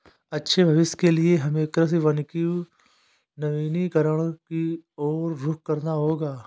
अच्छे भविष्य के लिए हमें कृषि वानिकी वनीकरण की और रुख करना होगा